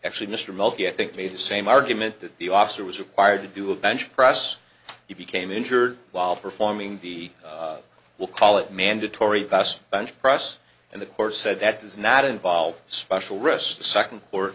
actually mr multiethnic made the same argument that the officer was required to do a bench press he became injured while performing the we'll call it mandatory bus bench press and the court said that does not involve special